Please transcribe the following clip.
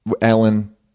Ellen